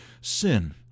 Sin